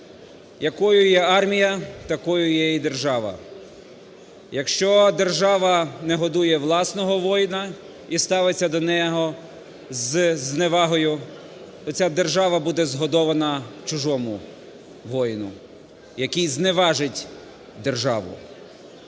якою є армія - такою є і держава. Якщо держава не годує власного воїна і ставиться до нього з зневагою, то ця держава буде згодована чужому воїну, який зневажить державу.